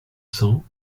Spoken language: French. cents